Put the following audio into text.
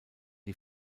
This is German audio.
die